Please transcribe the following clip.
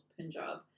Punjab